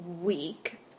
week